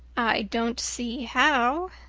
i don't see how,